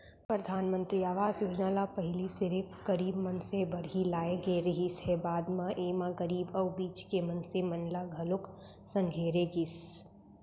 परधानमंतरी आवास योजना ल पहिली सिरिफ गरीब मनसे बर ही लाए गे रिहिस हे, बाद म एमा गरीब अउ बीच के मनसे मन ल घलोक संघेरे गिस